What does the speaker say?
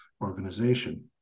organization